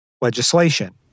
legislation